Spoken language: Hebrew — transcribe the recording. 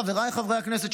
חבריי חברי הכנסת,